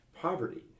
poverty